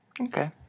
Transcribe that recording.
Okay